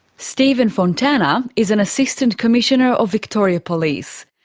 stephen fontana is an assistant commissioner of victoria police.